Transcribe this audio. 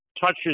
touches